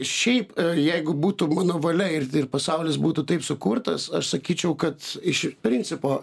šiaip jeigu būtų mano valia ir pasaulis būtų taip sukurtas aš sakyčiau kad iš principo